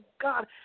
God